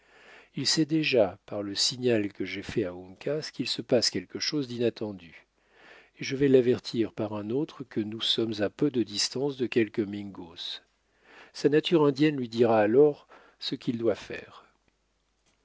il sait déjà par le signal que j'ai fait à uncas qu'il se passe quelque chose d'inattendu et je vais l'avertir par un autre que nous sommes à peu de distance de quelques mingos sa nature indienne lui dira alors ce qu'il doit faire